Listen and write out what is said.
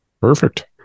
Perfect